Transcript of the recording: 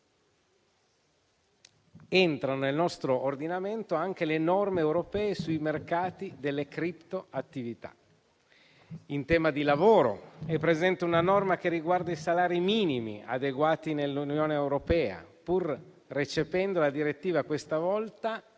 Entrano nel nostro ordinamento anche le norme europee sui mercati delle cripto-attività. In tema di lavoro è presente una norma che riguarda i salari minimi adeguati nell'Unione europea. Pur recependo la direttiva, questa volta